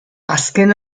azken